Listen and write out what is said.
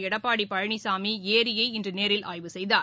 எடப்பாடி பழனிசாமி ஏரியை இன்று நேரில் ஆய்வு செய்தார்